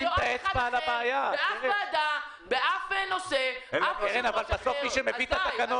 בדיון האחרון עומדת נציגת המדינה ומסבירה שאם אזרח יוצא לקנות